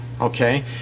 okay